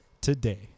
today